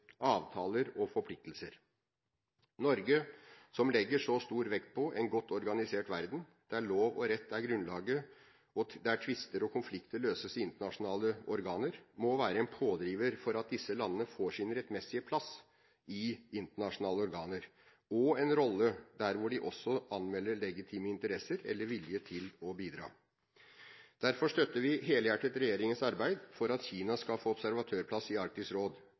avtaler og forpliktelser. Norge, som legger så stor vekt på en godt organisert verden, der lov og rett er grunnlaget, og der tvister og konflikter løses i internasjonale organer, må være en pådriver for at disse landene får sin rettmessige plass i internasjonale organer og en rolle der hvor de også anmelder legitime interesser eller vilje til å bidra. Derfor støtter vi helhjertet regjeringens arbeid for at Kina skal få observatørplass i Arktisk råd,